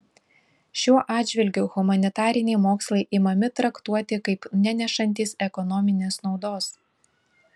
šiuo atžvilgiu humanitariniai mokslai imami traktuoti kaip nenešantys ekonominės naudos